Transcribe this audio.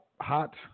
hot